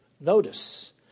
Notice